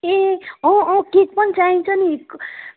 ए अँ अँ केक पनि चाहिन्छ नि